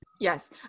Yes